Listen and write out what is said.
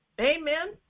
Amen